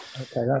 Okay